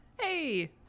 Hey